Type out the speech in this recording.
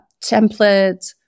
template